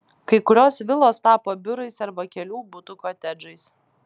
kai kurios vilos tapo biurais arba kelių butų kotedžais